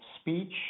speech